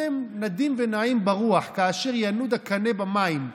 אתם נדים ונעים ברוח כאשר ינוד הקנה במים.